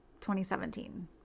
2017